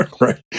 Right